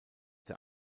der